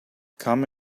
come